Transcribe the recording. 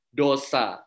dosa